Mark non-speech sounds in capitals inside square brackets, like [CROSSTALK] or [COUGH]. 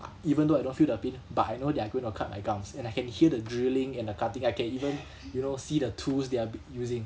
uh even though I don't feel the pain but I know they are going to cut my gums and I can hear the drilling and the cutting I can even [BREATH] you know see the tools they're b~ using